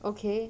okay